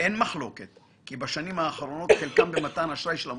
אין מחלוקת כי בשנים האחרונות חלקם במתן אשראי של המוסדיים,